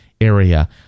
area